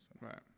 right